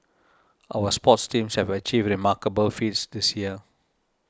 our sports teams have achieved remarkable feats this year